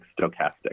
stochastic